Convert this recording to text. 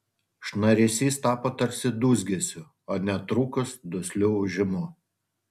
šnaresys tapo tarsi dūzgesiu o netrukus dusliu ūžimu